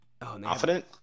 confident